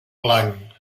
blanc